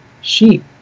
sheep